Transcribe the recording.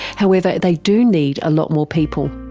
however, they do need a lot more people.